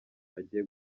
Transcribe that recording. agiye